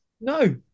No